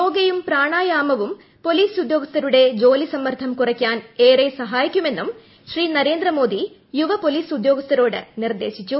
യോഗയും പ്രാണായാമവും പോലീസ് ഉദ്യോഗസ്ഥരുടെ ജോലി സമ്മർദ്ദം കുറയ്ക്കാൻ ഏറെ സഹായിക്കുമെന്നും ശ്രീ നരേന്ദ്ര മോദി യുവ പോലീസ് ഉദ്യോഗസ്ഥരോട് നിർദേശിച്ചു